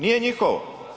Nije njihovo.